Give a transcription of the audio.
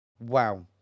Wow